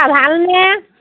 অঁ ভালনে